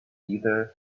either